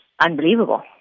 unbelievable